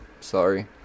Sorry